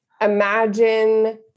imagine